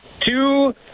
Two